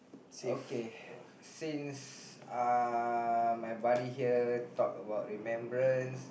okay since uh my buddy here talk about remembrance